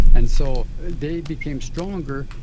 and so they became stronger.